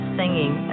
singing